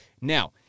Now